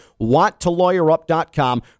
wanttolawyerup.com